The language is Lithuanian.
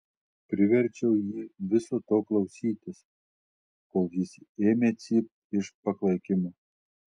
priverčiau jį viso to klausytis kol jis ėmė cypt iš paklaikimo